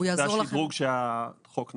זה השדרוג שהחוק נותן.